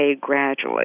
gradually